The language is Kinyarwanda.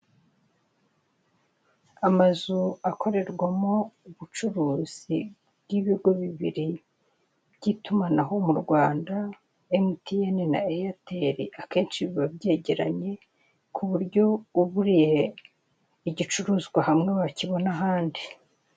Amazu akorerwamo ubucuruzi bw'ibigo bibiri by'itumanaho mu Rwanda emutiyeni na eyateri akenshi biba byegeranye ku buryo uburiye igicuruzwa hamwe wakibona ahandi.